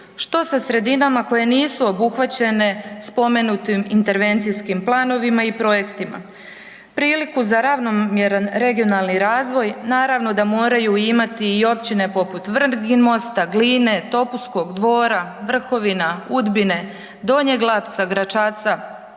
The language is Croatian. što sa sredinama koje nisu obuhvaćene spomenutim intervencijskim planovima i projektima? Priliku za ravnomjeran regionalni razvoj, naravno da moraju imati i općine poput Vrginmosta, Gline, Topuskog, Dvora, Vrhovina, Udbine, Donjeg Lapca, Gračaca,